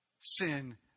sin